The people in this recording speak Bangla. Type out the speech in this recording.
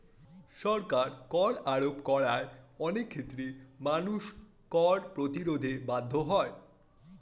সরকার কর আরোপ করায় অনেক ক্ষেত্রে মানুষ কর প্রতিরোধে বাধ্য হয়